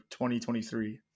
2023